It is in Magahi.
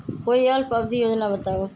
कोई अल्प अवधि योजना बताऊ?